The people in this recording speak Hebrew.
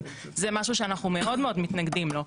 זה משהו שאנחנו מאוד מתנגדים לו.